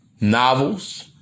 Novels